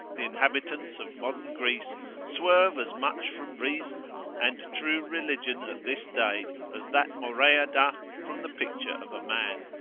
the inhabitants of modern greece swerve as much from reason and true religion at this day, as that morea doth from the picture of a man.